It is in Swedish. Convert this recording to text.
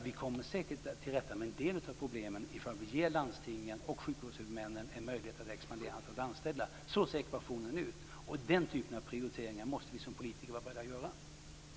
Vi kommer säkert till rätta med en del av problemen ifall vi ger landstingen och sjukvårdshuvudmännen en möjlighet att expandera antalet anställda. Så ser situationen ut. Den typen av prioriteringar måste vi som politiker vara beredda att göra.